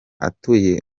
atuye